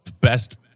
best